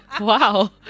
Wow